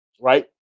right